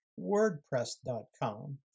wordpress.com